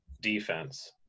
defense